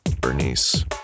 Bernice